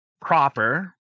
proper